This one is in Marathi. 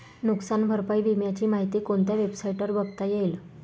नुकसान भरपाई विम्याची माहिती कोणत्या वेबसाईटवर बघता येईल?